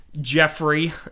jeffrey